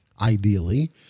ideally